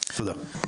תודה.